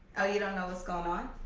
oh you don't know what's going on?